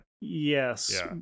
yes